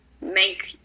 make